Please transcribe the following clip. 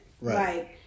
right